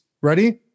Ready